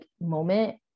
moment